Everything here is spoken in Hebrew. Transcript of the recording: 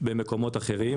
במקומות אחרים,